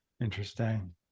Interesting